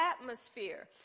atmosphere